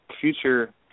Future